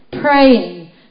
praying